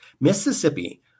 Mississippi